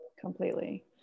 Completely